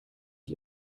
ich